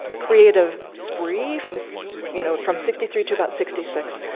creative spree from you know from sixty three to about sixty six.